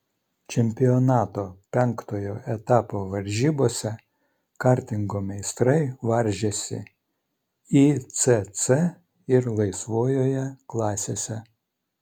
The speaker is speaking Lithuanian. čempionato penktojo etapo varžybose kartingo meistrai varžėsi icc ir laisvojoje klasėse